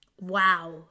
wow